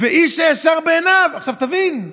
ואיש הישר בעיניו, תבין,